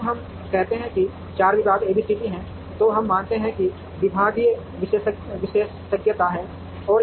अब जब हम कहते हैं कि 4 विभाग ABCD हैं तो हम मानते हैं कि विभागीय विशेषज्ञता है